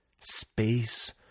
space